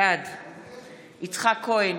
בעד יצחק כהן,